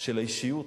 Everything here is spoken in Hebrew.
של האישיות,